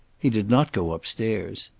he did not go upstairs.